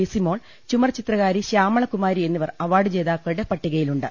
ലിസിമോൾ ചുമർചിത്രകാരി ശൃാമളകുമാരി എന്നിവർ അവാർഡ് ജേതാക്കളുടെ പട്ടികയിലുണ്ട്